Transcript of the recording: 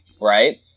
right